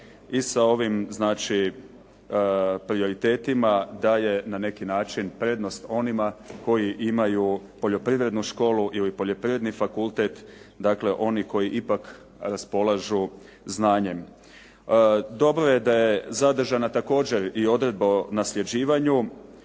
i sa ovim znači prioritetima daje na neki način prednost onima koji imaju poljoprivrednu školu ili poljoprivredni fakultet, dakle, oni koji ipak raspolažu znanjem. Dobro je da je zadržana također i odredba o nasljeđivanju,